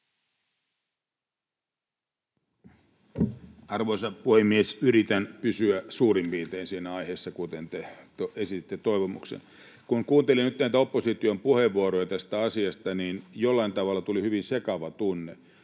Arvoisa puhemies! Yritän pysyä suurin piirtein aiheessa, kuten te esititte toivomuksen. Kun kuunteli nyt näitä opposition puheenvuoroja tästä asiasta, niin jollain tavalla tuli hyvin sekava tunne.